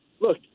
look